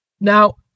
Now